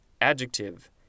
adjective